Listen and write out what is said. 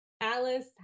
Alice